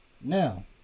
Now